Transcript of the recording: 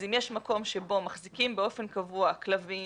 אז אם יש מקום שבו מחזיקים באופן קבוע כלבים